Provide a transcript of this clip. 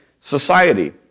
society